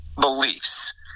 beliefs